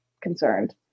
concerned